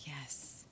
Yes